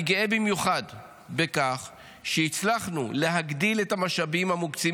אני גאה במיוחד בכך שהצלחנו להגדיל את המשאבים המוקצים